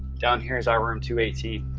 down here is i room to eighteen